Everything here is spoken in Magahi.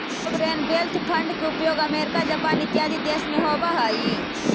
सॉवरेन वेल्थ फंड के उपयोग अमेरिका जापान इत्यादि देश में होवऽ हई